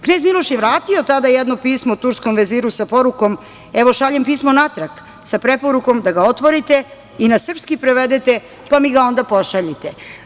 Knez Miloš je vratio tada jedno pismo turskom veziru sa porukom – evo šaljem pismo natrag sa preporukom da ga otvorite i na srpski prevedete, pa mi ga onda pošaljite.